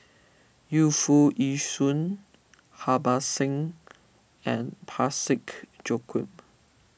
Yu Foo Yee Shoon Harbans Singh and Parsick Joaquim